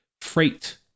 freight